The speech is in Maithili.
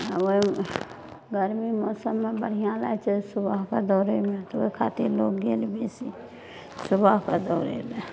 आओर गरमी मौसममे बढ़िआँ लागैत छै सुबहके दौड़एमे तऽ ओहि खातिर लोग गेल बेसी सुबहके दौड़ए लऽ